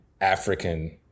African